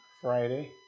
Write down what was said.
Friday